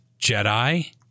Jedi